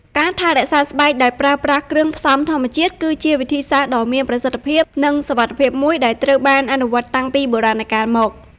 ការថែរក្សាស្បែកដោយប្រើប្រាស់គ្រឿងផ្សំធម្មជាតិ គឺជាវិធីដ៏មានប្រសិទ្ធភាព និងសុវត្ថិភាពមួយដែលត្រូវបានអនុវត្តតាំងពីបុរាណកាលមក។